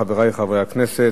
חברי חברי הכנסת,